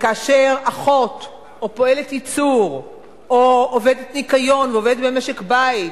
וכאשר אחות או פועלת ייצור או עובדת ניקיון ועובדת במשק-בית,